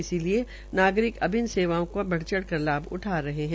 इसीलिए नागरिक अब इन सेवाओं का बढ़चढ़ लाभ उठा रहे हैं